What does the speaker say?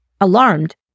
Alarmed